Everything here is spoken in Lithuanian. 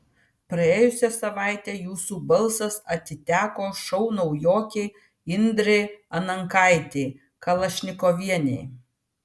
praėjusią savaitę jūsų balsas atiteko šou naujokei indrei anankaitei kalašnikovienei